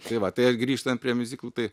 tai va tai grįžtant prie miuziklų tai